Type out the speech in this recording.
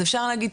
אז אפשר להגיד,